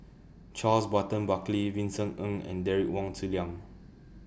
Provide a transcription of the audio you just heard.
Charles Burton Buckley Vincent Ng and Derek Wong Zi Liang